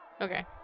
Okay